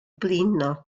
blino